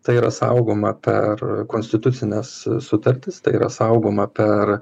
tai yra saugoma per konstitucines sutartis tai yra saugoma per